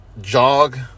jog